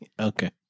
Okay